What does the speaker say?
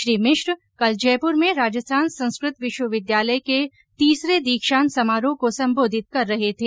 श्रीमिश्र कल जयपुर में राजस्थान संस्कृत विश्वविद्यालय के तीसरे दीक्षांत समारोह को संबोधित कर रहे थे